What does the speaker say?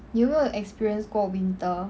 你有没有 experience 过 winter